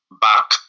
back